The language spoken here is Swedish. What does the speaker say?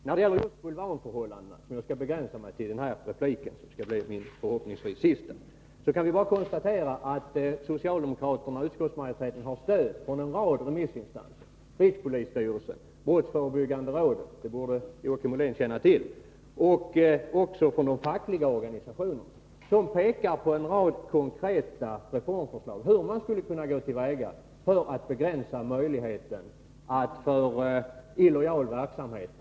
När det gäller bulvanförhållanden, som jag skall begränsa mig till i den här repliken, som förhoppningsvis blir min sista, kan vi bara konstatera att socialdemokraterna och utskottsmajoriteten har stöd från en rad remissinstanser: rikspolisstyrelsen, brottsförebyggande rådet — det borde Joakim Ollén känna till — och också från de fackliga organisationerna. De pekar på en rad konkreta reformförslag, anger hur man skall kunna gå till väga för att begränsa möjligheten att använda bulvaner för illojal verksamhet.